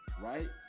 right